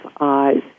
eyes